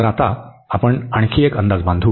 तर आता आपण आणखी एक अंदाज बांधू